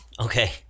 Okay